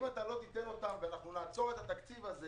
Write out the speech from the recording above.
אם לא תיתן אותם ואנחנו נעצור את התקציב הזה,